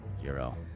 Zero